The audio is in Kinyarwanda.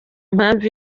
impamvu